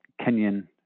Kenyan